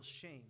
shame